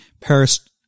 Paris